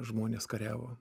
žmonės kariavo